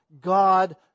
God